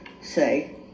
say